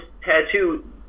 tattoo